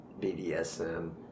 BDSM